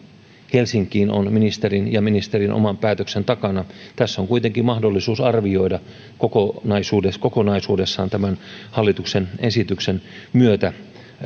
helsinkiin on ministerin oman päätöksen takana tässä on kuitenkin mahdollisuus arvioida kokonaisuudessaan kokonaisuudessaan tämän hallituksen esityksen myötä